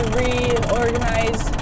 reorganize